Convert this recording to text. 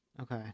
Okay